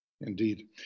Indeed